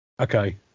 okay